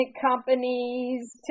companies